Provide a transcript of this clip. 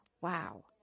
wow